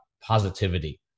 positivity